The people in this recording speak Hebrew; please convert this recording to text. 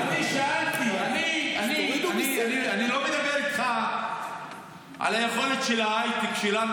אני לא מדבר איתך על היכולת של ההייטק שלנו,